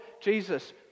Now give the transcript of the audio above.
Jesus